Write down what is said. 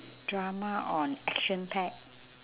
drama on action packed